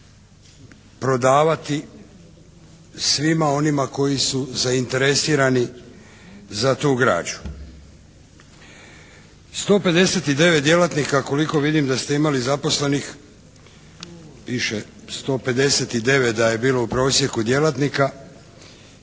prodavati svima onima koji su zainteresirani za tu građu. 159 djelatnika koliko vidim da ste imali zaposlenih, piše 159 da je bilo u prosjeku djelatnika